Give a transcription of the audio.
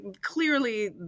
clearly